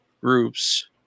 groups